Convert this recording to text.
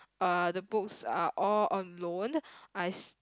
uh the books are all on loan I